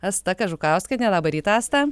asta kažukauskienė labą rytą asta